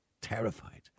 Terrified